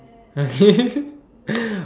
okay